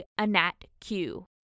AnatQ